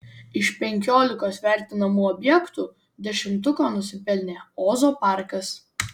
iš penkiolikos vertinamų objektų dešimtuko nusipelnė ozo parkas